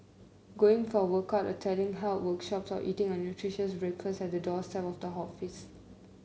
going for a workout attending health workshops or eating a nutritious breakfast at the doorstep of the office